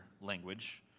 language